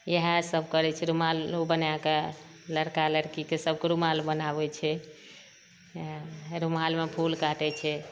इहएसब करै छै रुमालो बनाए कए लड़का लड़कीके सबके रुमाल बनाबै छै इहएमे हे रुमालमे फूल काटै छै